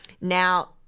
Now